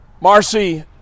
Marcy